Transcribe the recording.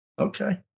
Okay